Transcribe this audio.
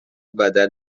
بدل